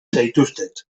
zaituztet